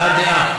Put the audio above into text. הבעת דעה,